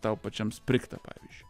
tau pačiam sprigtą pavyzdžiui